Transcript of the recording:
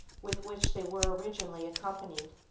with which they were originally accompanied.